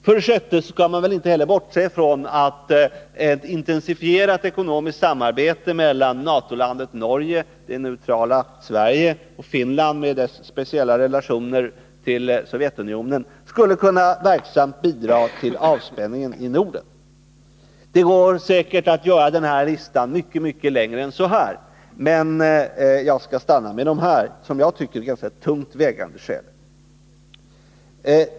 För det sjätte skall man inte bortse från att ett intensifierat ekonomiskt samarbete mellan NATO-landet Norge, det neutrala Sverige och Finland med dess speciella relationer till Sovjetunionen skulle kunna verksamt bidra till avspänningen i Norden. Det går säkert att göra denna lista mycket längre än så här, men jag skall stanna vid de här, som jag tycker, ganska tungt vägande skälen.